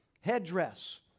headdress